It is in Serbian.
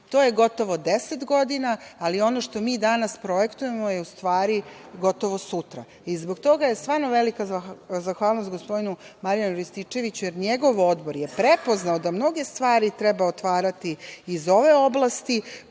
to je gotovo deset godina, ali ono što mi danas projektujemo je u stvari gotovo sutra. Zbog toga je stvarno velika zahvalnost gospodinu Marijanu Rističeviću, jer njegov Odbor je prepoznao da mnoge stvari treba otvarati iz ove oblasti,